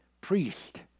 priest